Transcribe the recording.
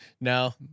No